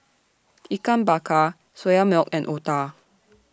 Ikan Bakar Soya Milk and Otah